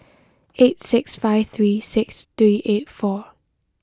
eight six five three six three eight four